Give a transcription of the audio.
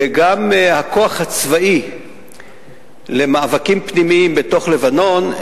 גם הכוח הצבאי למאבקים פנימיים בתוך לבנון,